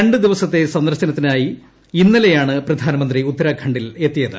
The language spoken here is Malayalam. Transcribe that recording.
രണ്ട് ദിവസത്തെ സന്ദർശനത്തിനായി ഇന്നലെയാണ് പ്രധാനമന്ത്രി ഉത്തരാഖണ്ഡിൽ എത്തിയത്